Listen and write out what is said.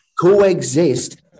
coexist